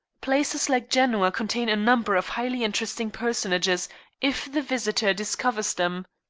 places like genoa contain a number of highly interesting personages if the visitor discovers them.